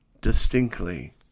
distinctly